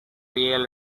real